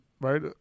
right